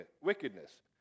wickedness